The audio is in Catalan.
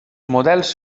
models